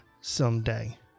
someday